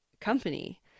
company